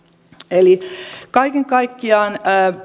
eli kaiken kaikkiaan